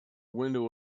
window